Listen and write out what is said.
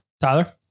Tyler